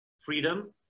freedom